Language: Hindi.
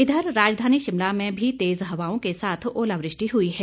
इधर राजधानी शिमला में भी तेज हवाओं के साथ ओलावृष्टि हुई है